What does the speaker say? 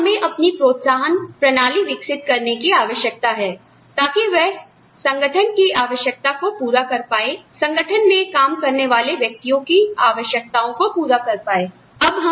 तो हमें अपनी प्रोत्साहन प्रणाली विकसित करने की आवश्यकता है ताकि वह संगठन की आवश्यकता को पूरा कर पाए संगठन में काम करने वाले व्यक्तियों की आवश्यकता को पूरा कर पाए